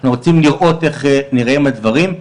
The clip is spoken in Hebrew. אנחנו רוצים לראות איך נראים הדברים.